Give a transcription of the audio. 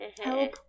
help